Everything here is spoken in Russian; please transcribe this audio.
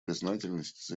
признательность